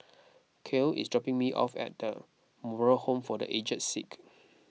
Cael is dropping me off at Moral Home for the Aged Sick